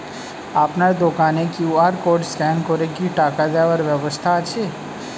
আপনার দোকানে QR code scan করে কি টাকা দেওয়ার ব্যবস্থা আছে?